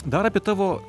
dar apie tavo